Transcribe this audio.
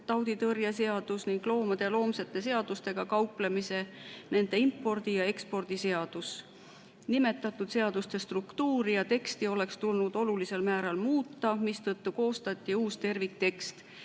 loomatauditõrje seadus, samuti loomade ja loomsete saadustega kauplemise ning nende impordi ja ekspordi seadus. Nimetatud seaduste struktuuri ja teksti oleks tulnud olulisel määral muuta, mistõttu koostati uus terviktekst,